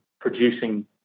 producing